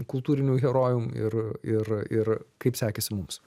kultūriniu herojum ir ir ir kaip sekėsi mums